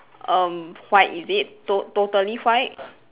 um white is it to~ totally white